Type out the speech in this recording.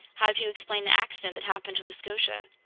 how do you explain the accident that happened to the scotia?